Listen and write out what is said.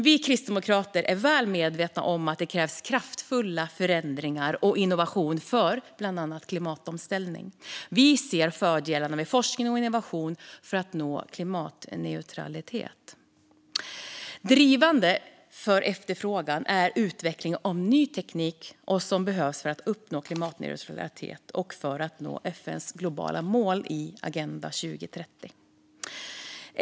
Vi kristdemokrater är väl medvetna om att det krävs kraftfulla förändringar och innovation för bland annat klimatomställning. Vi ser fördelarna med forskning och innovation för att nå klimatneutralitet. Drivande för efterfrågan är utvecklingen av ny teknik som behövs för att uppnå klimatneutralitet och för att nå FN:s globala mål i Agenda 2030.